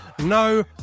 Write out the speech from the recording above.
No